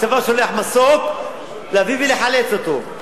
הצבא שולח מסוק להביא ולחלץ אותו.